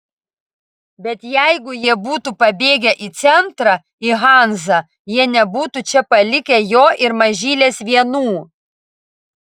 bet jeigu jie būtų pabėgę į centrą į hanzą jie nebūtų čia palikę jo ir mažylės vienų